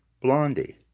Blondie